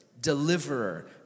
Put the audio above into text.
deliverer